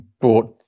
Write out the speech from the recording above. brought